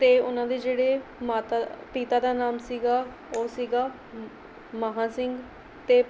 ਅਤੇ ਉਹਨਾਂ ਦੇ ਜਿਹੜੇ ਮਾਤਾ ਪਿਤਾ ਦਾ ਨਾਮ ਸੀਗਾ ਉਹ ਸੀਗਾ ਮ ਮਹਾਂ ਸਿੰਘ ਅਤੇ